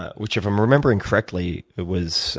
ah which, if i'm remembering correctly, it was